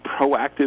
proactive